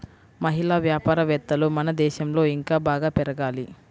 మహిళా వ్యాపారవేత్తలు మన దేశంలో ఇంకా బాగా పెరగాలి